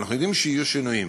אנחנו יודעים שיהיו שינויים,